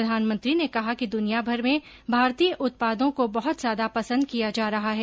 प्रधानमंत्री ने कहा कि दुनियाभर में भारतीय उत्पादों को बहत ज्यादा पसन्द किया जा रहा है